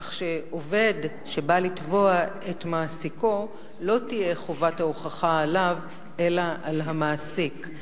כך שעובד שבא לתבוע את מעסיקו לא תהיה חובת ההוכחה עליו אלא על המעסיק.